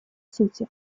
сути